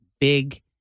Big